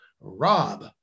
Rob